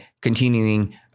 Continuing